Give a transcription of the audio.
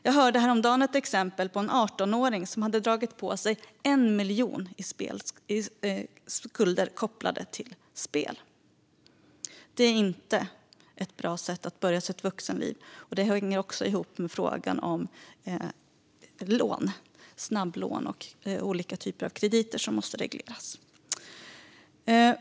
Jag hörde häromdagen ett exempel där en 18-åring hade dragit på sig 1 miljon i skulder kopplade till spel. Det är inte ett bra sätt att börja sitt vuxenliv. Det hänger också ihop med frågan om snabblån och olika typer av krediter, som måste regleras.